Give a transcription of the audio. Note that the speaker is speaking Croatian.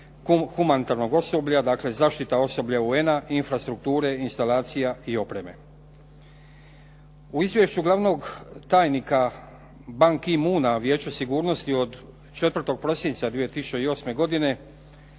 humanitarnog osoblja, dakle zaštita osoblja UN-a, infrastrukture, instalacija i opreme. U izvješću glavnog tajnika Ban Ki-moon Vijeća sigurnosti od 4. prosinca 2008. godine